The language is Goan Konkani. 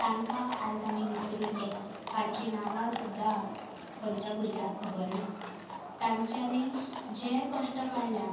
तांकां आयज आमी विसरुन गेलां तांची नांवां सुद्दां खंयच्या भुरग्याक खबर ना तांच्यानी जे कश्ट काडल्या